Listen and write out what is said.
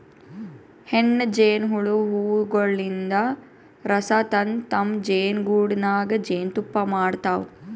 ಹೆಣ್ಣ್ ಜೇನಹುಳ ಹೂವಗೊಳಿನ್ದ್ ರಸ ತಂದ್ ತಮ್ಮ್ ಜೇನಿಗೂಡಿನಾಗ್ ಜೇನ್ತುಪ್ಪಾ ಮಾಡ್ತಾವ್